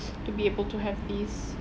to be able to have these